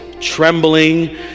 trembling